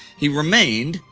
he remained,